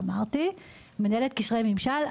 מנהלת קשרי ממשל,